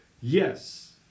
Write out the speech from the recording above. Yes